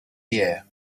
year